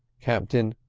captain,